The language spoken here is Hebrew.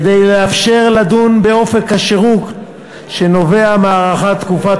כדי לאפשר לדון באופק השירות שנובע מהארכת תקופת